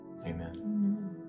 amen